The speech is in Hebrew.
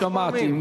שמעתי.